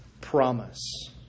promise